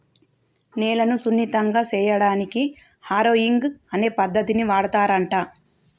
నేలను సున్నితంగా సేయడానికి హారొయింగ్ అనే పద్దతిని వాడుతారంట